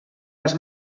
els